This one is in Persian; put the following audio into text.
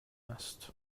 است